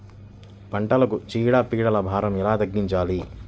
పంటలకు చీడ పీడల భారం ఎలా తగ్గించాలి?